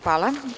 Hvala.